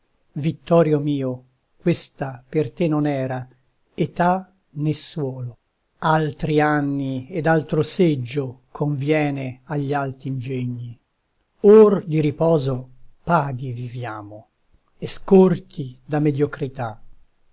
vittorio mio questa per te non era età né suolo altri anni ed altro seggio conviene agli alti ingegni or di riposo paghi viviamo e scorti da mediocrità